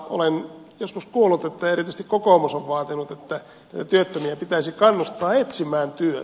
olen joskus kuullut että erityisesti kokoomus on vaatinut että työttömiä pitäisi kannustaa etsimään työtä